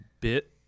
bit